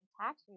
tax